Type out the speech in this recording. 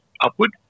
upward